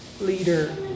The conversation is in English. leader